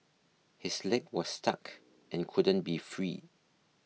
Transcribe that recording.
his leg was stuck and couldn't be freed